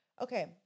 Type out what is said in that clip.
Okay